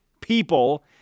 people